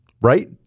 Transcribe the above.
right